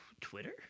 Twitter